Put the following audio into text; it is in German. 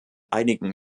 einigen